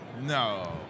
No